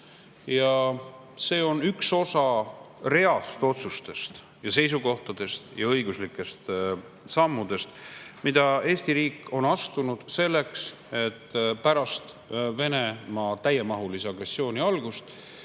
See on üks osa reast otsustest ja seisukohtadest ja õiguslikest sammudest, mis Eesti riik on astunud selleks, et pärast Venemaa täiemahulise agressiooni algust